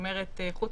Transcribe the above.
חוץ